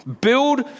build